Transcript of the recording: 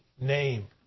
name